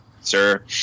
sir